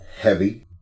heavy